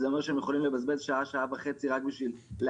וזה אומר שהם יכולים לבזבז שעה-שעה וחצי בהמתנה,